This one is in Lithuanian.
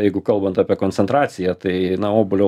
jeigu kalbant apie koncentraciją tai na obuolio